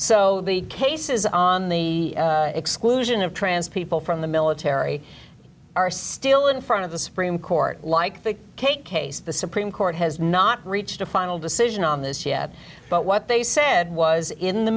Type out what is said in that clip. so the cases on the exclusion of trans people from the military are still in front of the supreme court like the cake case the supreme court has not reached a final decision on this yet but what they said was in the